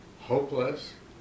hopeless